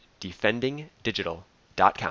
DefendingDigital.com